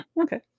okay